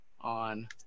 on